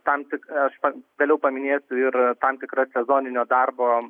tam tik aš galiu paminėt ir tam tikrą sezoninio darbo